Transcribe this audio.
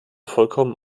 vollkommen